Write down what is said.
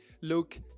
look